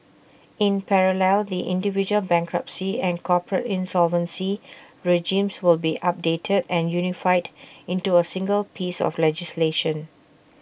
in parallel the individual bankruptcy and corporate insolvency regimes will be updated and unified into A single piece of legislation